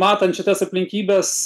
matant šitas aplinkybes